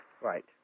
Right